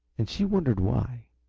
and she wondered why.